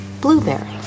blueberry